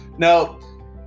No